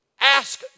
ask